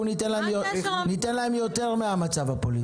אנחנו ניתן להם יותר מהמצב הפוליטי.